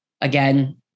again